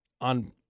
on